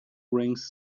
rings